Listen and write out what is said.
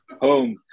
Home